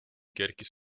kerkis